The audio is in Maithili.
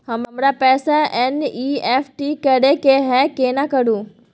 हमरा पैसा एन.ई.एफ.टी करे के है केना करू?